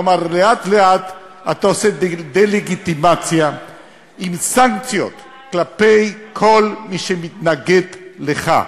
כלומר לאט-לאט אתה עושה דה-לגיטימציה עם סנקציות כלפי כל מי שמתנגד לך.